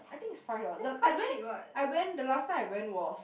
I think is five dollar the I went I went the last time I went was